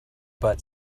but